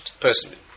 personally